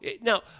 Now